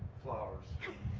flowers?